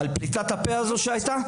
על פליטת הפה הזאת שהייתה.